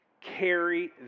carry